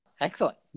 Excellent